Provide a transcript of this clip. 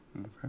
Okay